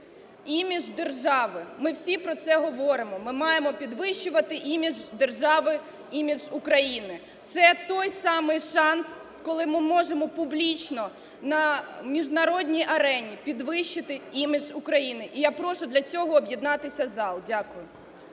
Імідж держави, ми всі про це говоримо, ми маємо підвищувати імідж держави, імідж України. Це той самий шанс, коли ми можемо публічно на міжнародній ранені підвищити імідж України. І я прошу для цього об'єднатися зал. Дякую.